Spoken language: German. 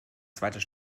zweites